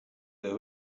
the